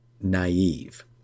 naive